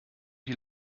die